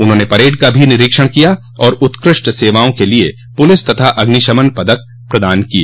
उन्होंने परेड का भी निरीक्षण किया और उत्कृष्ट सेवाओं के लिए पुलिस तथा अग्निशमन पदक प्रदान किए